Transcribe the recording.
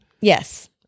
Yes